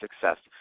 success